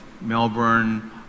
Melbourne